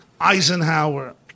Eisenhower